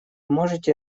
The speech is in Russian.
можете